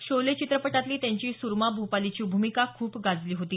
शोले चित्रपटातली त्यांची सूरमा भोपालीची भूमिका खूप गाजली होती